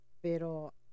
Pero